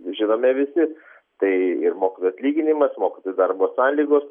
žinome visi tai ir mokytojų atlyginimas mokytojų darbo sąlygos